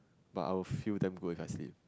but I will feel damn good if I sleep